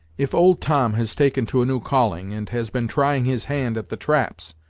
if old tom has taken to a new calling, and has been trying his hand at the traps,